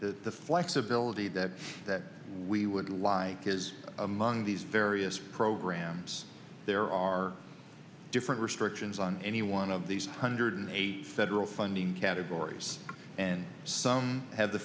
the flexibility that we would lie is among these various programs there are different restrictions on any one of these hundred eight federal funding categories and some have the